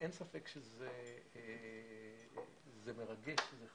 אין ספק שזה מרגש וזה חשוב.